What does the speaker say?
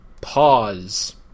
pause